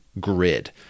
grid